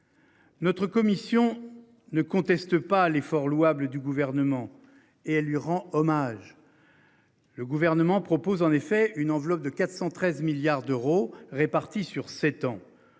Notre commission ne conteste pas l'effort louable du gouvernement et elle lui rend hommage. Le gouvernement propose en effet une enveloppe de 413 milliards d'euros répartis sur 7 ans.